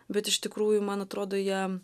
bet iš tikrųjų man atrodo jie